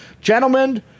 gentlemen